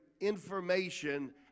information